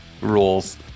rules